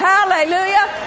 Hallelujah